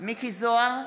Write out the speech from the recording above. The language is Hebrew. מכלוף מיקי זוהר,